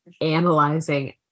analyzing